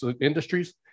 industries